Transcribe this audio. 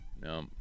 No